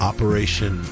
Operation